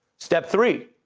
step three,